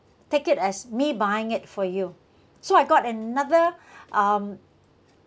take it as me buying it for you so I got another um